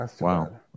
Wow